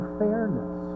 fairness